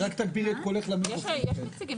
הנציגים